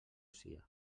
sia